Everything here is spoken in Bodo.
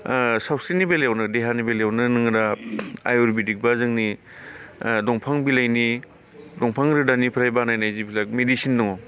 सावस्रिनि बेलायावनो देहानि बेलायावनो नोङो दा आयुरबेदिक बा जोंनि दंफां बिलाइनि दंफां रोदानिफ्राय बानायनाय जिबिलाग मेदिसिन दङ